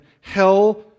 hell